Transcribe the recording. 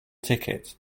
ticket